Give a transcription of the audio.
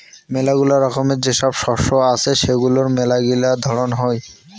মেলাগিলা রকমের যে সব শস্য আছে সেগুলার মেলাগিলা ধরন হই